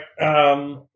right